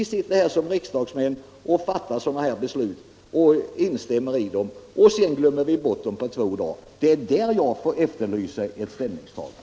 Här sitter vi som riksdagsmän och fattar beslut, och två dagar senare har vi glömt hela frågan. Det är där som jag efterlyser ett ställningstagande.